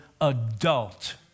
adult